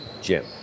Jim